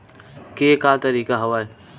के का तरीका हवय?